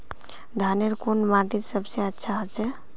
धानेर कुन माटित सबसे अच्छा होचे?